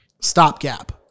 stopgap